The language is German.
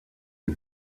die